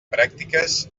pràctiques